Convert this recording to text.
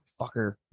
Fucker